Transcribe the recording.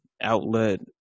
outlet